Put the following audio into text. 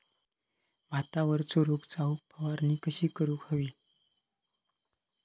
भातावरचो रोग जाऊक फवारणी कशी करूक हवी?